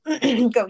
Go